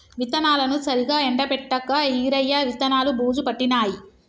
విత్తనాలను సరిగా ఎండపెట్టక ఈరయ్య విత్తనాలు బూజు పట్టినాయి